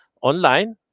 online